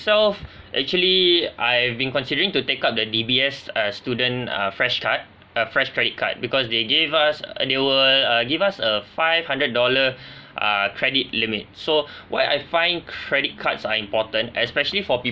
self actually I've been considering to take up the D_B_S uh student uh fresh card uh fresh credit card because they gave us they will uh give us a five hundred dollar uh credit limit so why I find credit cards are important especially for